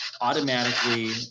automatically